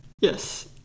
Yes